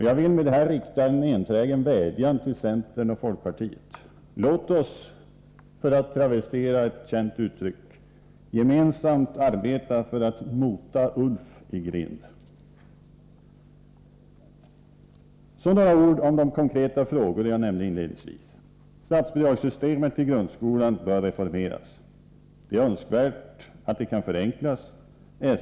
Jag vill med det här rikta en enträgen vädjan till centern och folkpartiet: Låt oss — för att travestera ett känt uttryck — gemensamt arbeta för att mota Ulf i grind! Så några ord om de konkreta frågor jag nämnde inledningsvis. Systemet för statsbidrag till grundskolan bör reformeras. Det är önskvärt att det kan förenklas.